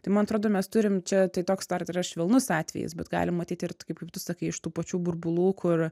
tai man atrodo mes turim čia tai toks dar yra švelnus atvejis bet galim matyti ir tu kaip tu sakai iš tų pačių burbulų kur